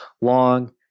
long